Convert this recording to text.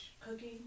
cooking